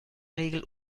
regel